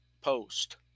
post